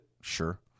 Sure